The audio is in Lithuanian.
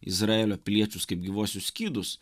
izraelio piliečius kaip gyvuosius skydus